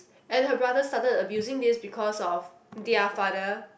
and her brother started abusing this because of their father